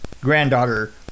granddaughter